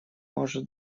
может